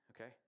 okay